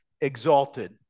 exalted